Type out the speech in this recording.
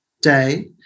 day